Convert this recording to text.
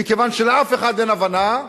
מכיוון שלאף אחד אין הבנה,